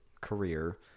career